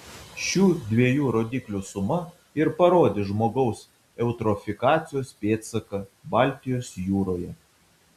šių dviejų rodiklių suma ir parodys žmogaus eutrofikacijos pėdsaką baltijos jūroje